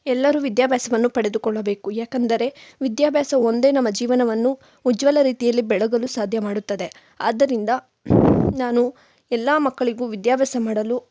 ಎಲ್ಲರು ವಿದ್ಯಾಭ್ಯಾಸವನ್ನು ಪಡೆದುಕೊಳ್ಳಬೇಕು ಏಕೆಂದರೆ ವಿದ್ಯಾಭ್ಯಾಸ ಒಂದೇ ನಮ್ಮ ಜೀವನವನ್ನು ಉಜ್ವಲ ರೀತಿಯಲ್ಲಿ ಬೆಳಗಲು ಸಾಧ್ಯ ಮಾಡುತ್ತದೆ ಆದ್ದರಿಂದ ನಾನು ಎಲ್ಲ ಮಕ್ಕಳಿಗೂ ವಿದ್ಯಾಭ್ಯಾಸ ಮಾಡಲು